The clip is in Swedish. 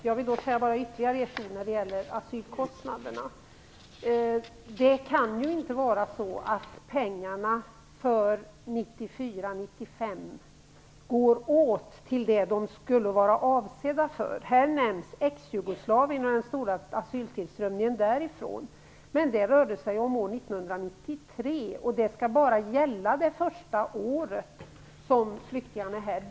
Fru talman! Jag vill säga ytterligare några ord när det gäller asylkostnaderna. Det kan ju inte vara så att pengarna för 1994/95 går åt till vad de var avsedda för. Här nämns Exjugoslavien och den stora tillströmningen av asylsökande därifrån. Men det rörde sig om år 1993, och det skall bara gälla det första året flyktingarna är här.